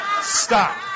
stop